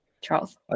Charles